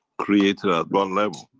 creator at but